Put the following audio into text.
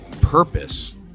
purpose